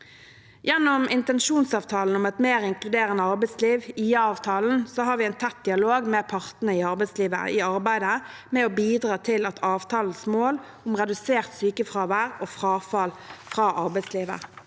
Gjennom intensjonsavtalen om et mer inkluderende arbeidsliv, IA-avtalen, har vi en tett dialog med partene i arbeidslivet i arbeidet med å bidra til avtalens mål om redusert sykefravær og frafall fra arbeidslivet.